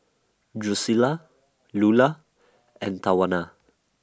Drucilla Lula and Tawana